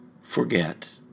forget